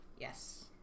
Yes